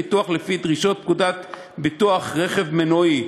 ביטוח לפי דרישות פקודת ביטוח רכב מנועי.